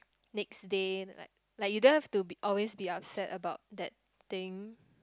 next day like like you don't have to be always be upset about that thing